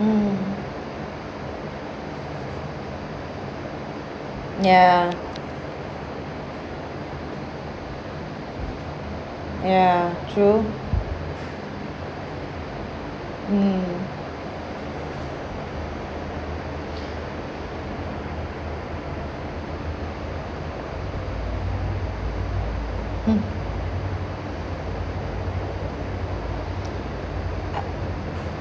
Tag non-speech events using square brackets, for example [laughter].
mm ya ya true mm [noise] ugh